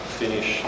finish